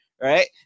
Right